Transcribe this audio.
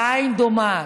והעין דומעת,